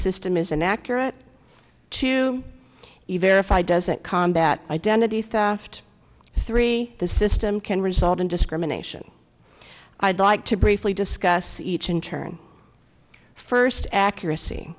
system is inaccurate too even if i doesn't combat identity theft three the system can result in discrimination i'd like to briefly discuss each in turn first accuracy